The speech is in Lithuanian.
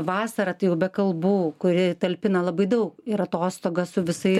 vasarą tai jau be kalbų kuri talpina labai daug ir atostogas su visais